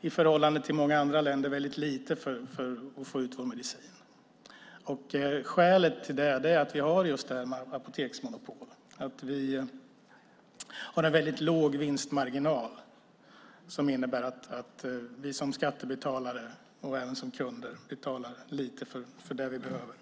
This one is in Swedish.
i förhållande till många andra länder betalar väldigt lite för att få ut vår medicin. Skälet till det är att vi har just ett apoteksmonopol och att vi har en väldigt låg vinstmarginal som innebär att vi som skattebetalare och även som kunder betalar lite för det vi behöver.